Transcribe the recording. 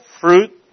fruit